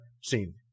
seen